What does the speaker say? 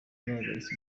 zahagaritse